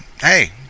hey